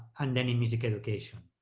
and then in music education.